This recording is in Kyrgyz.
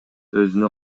өзүнө